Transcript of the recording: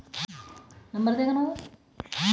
विदेश में fund transfer करने का सबसे आसान तरीका क्या है?